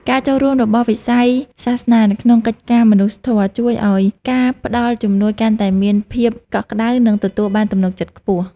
ការចូលរួមរបស់វិស័យសាសនានៅក្នុងកិច្ចការមនុស្សធម៌ជួយឱ្យការផ្តល់ជំនួយកាន់តែមានភាពកក់ក្តៅ និងទទួលបានទំនុកចិត្តខ្ពស់។